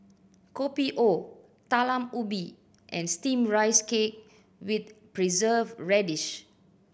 Kopi O Talam Ubi and steam rice cake with Preserved Radish